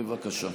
בבקשה.